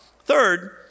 Third